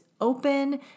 open